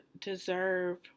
deserve